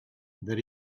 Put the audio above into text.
that